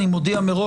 אני מודיע מראש,